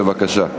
בבקשה.